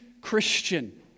Christian